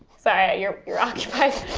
sorry, you're you're occupied.